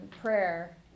prayer